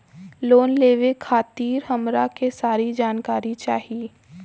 Loan लेवे खातीर हमरा के सारी जानकारी चाही?